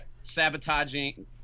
sabotaging